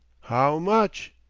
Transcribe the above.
how much?